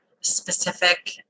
specific